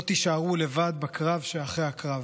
לא תישארו לבד בקרב שאחרי הקרב,